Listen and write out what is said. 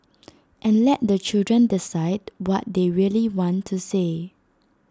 and let the children decide what they really want to say